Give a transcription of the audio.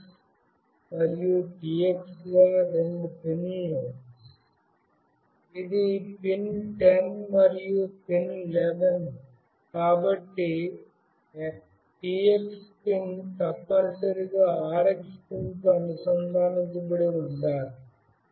GSM యొక్క TX pin తప్పనిసరిగా Arduino యొక్క RX పిన్తో అనుసంధానించబడి ఉండాలి